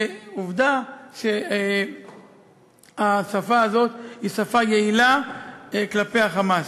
ועובדה שהשפה הזאת היא שפה יעילה כלפי ה"חמאס".